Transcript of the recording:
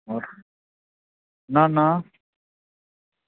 ना ना